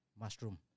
mushroom